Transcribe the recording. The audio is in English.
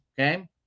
okay